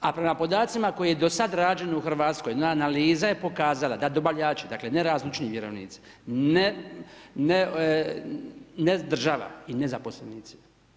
A prema podacima koji je do sada rađeno u Hrvatskoj jedna analiza je pokazala da dobavljači dakle ne … vjerovnici ne država i ne zaposlenici.